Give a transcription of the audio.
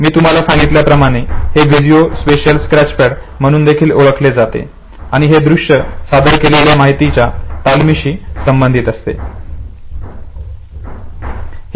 मी तुम्हाला सांगितल्या प्रमाणे हे विजिओ स्पेशिअल स्क्रॅचपॅड म्हणून देखील ओळखले जाते आणि हे दृश्यपणे सादर केलेल्या माहितीच्या तालमीशी संबंधित असते